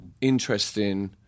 interesting